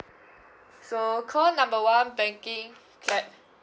okay call number one banking clap